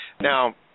Now